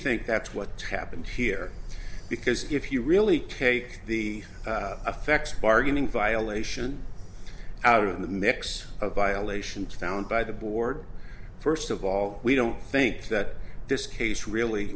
think that's what happened here because if you really take the effects of bargaining violation out of the mix of violations found by the board first of all we don't think that this case really